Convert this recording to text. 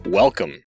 welcome